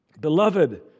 beloved